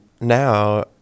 now